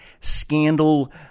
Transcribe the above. scandal